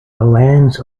lands